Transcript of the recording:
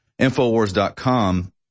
Infowars.com